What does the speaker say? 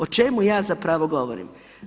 O čemu ja zapravo govorim?